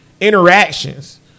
interactions